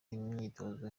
imyitozo